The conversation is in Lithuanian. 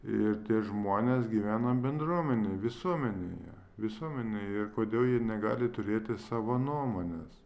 ir tie žmonės gyvena bendruomenėj visuomenėje visuomenėje ir kodėl jie negali turėti savo nuomonės